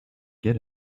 get